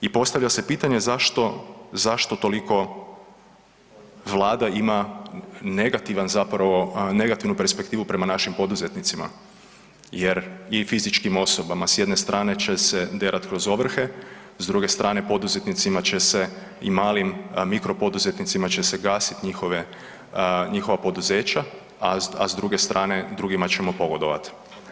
I postavlja se pitanje zašto toliko Vlada ima negativnu perspektivu prema našim poduzetnicima i fizičkim osobama s jedne strane će se derat kroz ovrhe, s druge strane poduzetnicima će se i malim mikro poduzetnicima će se gasiti njihova poduzeća, a s druge strane drugima ćemo pogodovat.